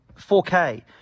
4K